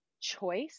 choice